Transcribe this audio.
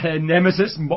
nemesis